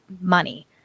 money